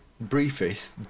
briefest